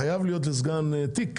חייב להיות לסגן תיק.